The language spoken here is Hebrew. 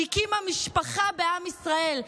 הקימה משפחה בעם ישראל,